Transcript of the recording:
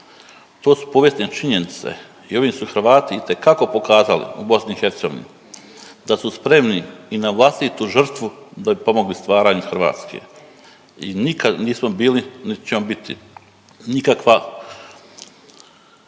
To su povijesne činjenice i ovim su Hrvati itekako pokazali u BiH da su spremni i na vlastitu žrtvu da bi pomogli stvaranju Hrvatske i nikad nismo bili niti ćemo biti nikakva,